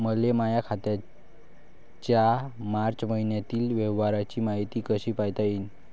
मले माया खात्याच्या मार्च मईन्यातील व्यवहाराची मायती कशी पायता येईन?